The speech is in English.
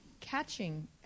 catching